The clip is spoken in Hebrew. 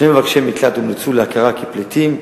2. מבקשי מקלט הומלצו להכרה כפליטים.